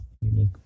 unique